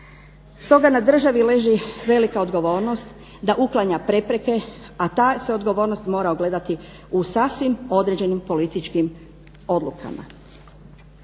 Stoga na državi leži velika odgovornost da uklanja prepreke, a ta se odgovornost mora ogledati u sasvim određenim političkim odlukama.